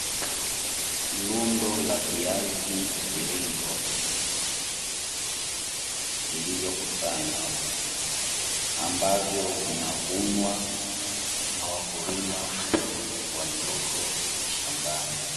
Ni rundo la viazi mviringo vilivyo kusanywa ambavyo vinavunwa na wakulima walioko shambani.